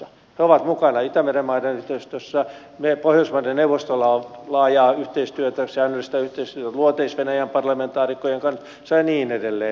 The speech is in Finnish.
he ovat mukana itämeren maiden yhteistyössä pohjoismaiden neuvostolla on laajaa yhteistyötä säännöllistä yhteistyötä luoteis venäjän parlamentaarikkojen kanssa ja niin edelleen